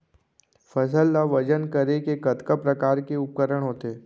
फसल ला वजन करे के कतका प्रकार के उपकरण होथे?